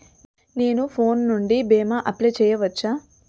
నేను ఫోన్ నుండి భీమా అప్లయ్ చేయవచ్చా?